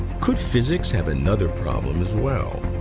could physics have another problem, as well?